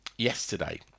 Yesterday